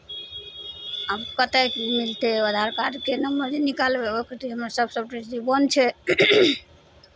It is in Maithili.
आब कतय की मिलतै ओ आधार कार्डके नम्बर जे निकालबै ओहि खातिर हमरा सभटा चीज बन्द छै